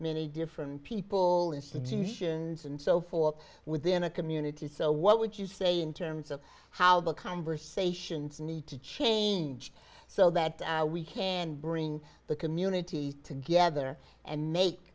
many different people institutions and so forth within a community so what would you say in terms of how the conversations need to change so that we can bring the community together and make